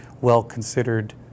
well-considered